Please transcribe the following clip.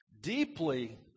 deeply